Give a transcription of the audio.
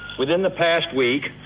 within the past week,